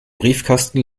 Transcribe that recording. briefkasten